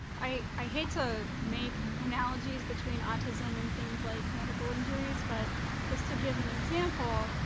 i hate to make analogies between autism and things like medical injuries, but just to give an example,